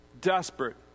desperate